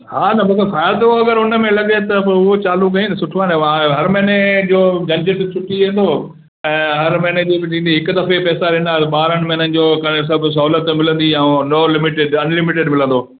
हा न मूंखे फ़ाइदो अगरि उन में लॻे त पोइ उहो चालू कयूं न सुठो आहे न हर महीने जो झंझट छुटी वेंदो ऐं हर महीने छुटी थी हिकु दफ़े पैसा ॾिना त ॿारहंनि महिननि जो करे सभु सहूलियत मिलंदी ऐं नो लिमिटिड अनलिमिट मिलंदो